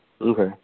Okay